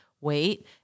wait